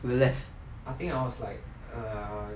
they left